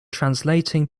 translating